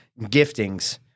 giftings